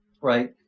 right